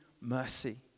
mercy